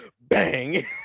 bang